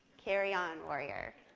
carry on, warrior.